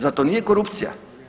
Zar to nije korupcija?